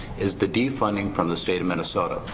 is the defunding from the state of minnesota.